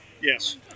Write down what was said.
Yes